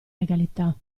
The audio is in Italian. legalità